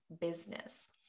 business